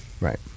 Right